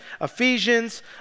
Ephesians